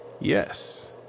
yes